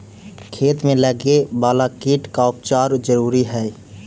खेत में लगे वाला कीट का उपचार जरूरी हई